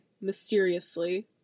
mysteriously